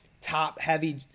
top-heavy